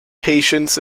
patience